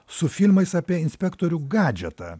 su filmais apie inspektorių gadžetą